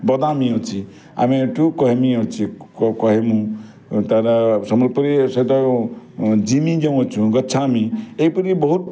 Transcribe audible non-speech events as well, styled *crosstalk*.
ବଦାମୀ ଅଛି ଆମେ ଏଠୁ କହେମି ଅଛି କହେମୁ *unintelligible* ସମ୍ବଲପୁରୀ ସହିତ ଜିମିଜୁ ଅଛୁ ଗଚ୍ଛାମି ଏହିପରି ବହୁତ